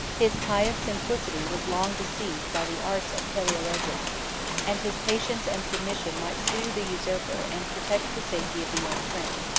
his pious simplicity was long deceived by the arts of palaeologus and his patience and submission might soothe the usurper, and protect the safety of the young prince.